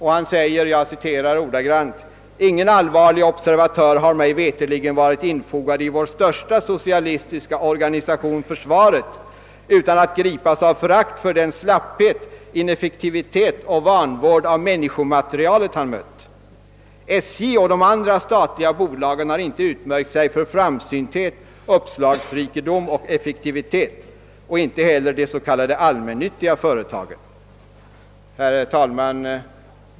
Han säger: »Ingen allvarlig observatör har mig veterligen varit infogad i vår största socialistiska organisation, försvaret, utan att gripas av förakt för den slapphet, ineffektivitet och vanvård av människomaterialet han möter. SJ och de andra statliga bolagen har inte utmärkt sig för framsynthet, uppslagsrikedom och effektivitet, och inte heller de s.k. allmännyttiga företagen.» Herr talman!